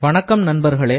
வணக்கம் நண்பர்களே